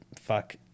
fuck